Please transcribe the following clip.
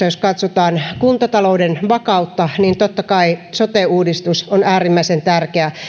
jos katsotaan kuntatalouden vakautta pitkässä juoksussa niin totta kai sote uudistus on äärimmäisen tärkeä